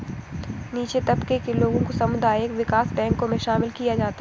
नीचे तबके के लोगों को सामुदायिक विकास बैंकों मे शामिल किया जाता है